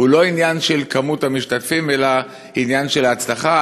הוא לא עניין של מספר המשתתפים אלא עניין של הצלחה.